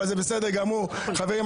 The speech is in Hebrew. חברים,